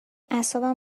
اعصابم